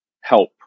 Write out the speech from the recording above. help